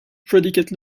predicate